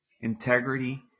Integrity